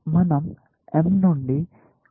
మనం M నుండి ఒక నోడ్ని ఎంచుకుంటున్నాము